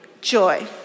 joy